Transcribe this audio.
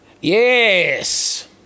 Yes